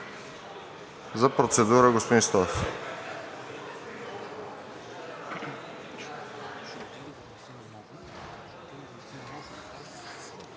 За процедура – господин Стоев.